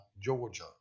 Georgia